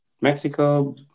Mexico